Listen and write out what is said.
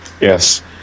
yes